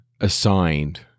assigned